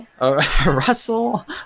Russell